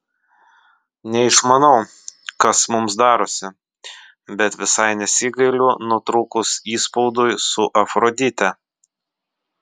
neišmanau kas mums darosi bet visai nesigailiu nutrūkus įspaudui su afrodite